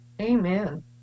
Amen